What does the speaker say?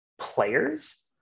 players